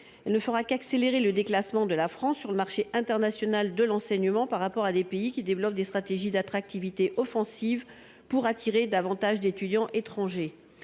et ne fera qu’accélérer le déclassement de la France sur le marché international de l’enseignement, face à des pays qui déploient des stratégies offensives pour attirer davantage d’étudiants étrangers.